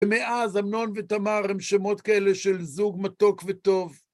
ומאז אמנון ותמר הם שמות כאלה של זוג מתוק וטוב.